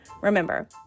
Remember